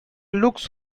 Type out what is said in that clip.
looks